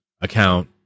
account